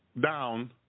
down